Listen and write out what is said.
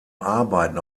arbeiten